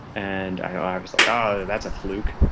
and i was, like, um that's a fluke.